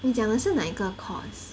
你讲的是哪一个 course